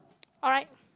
alright